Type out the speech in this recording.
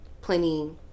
plenty